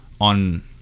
on